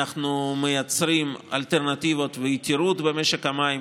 אנחנו מייצרים אלטרנטיבות ויתירות במשק המים,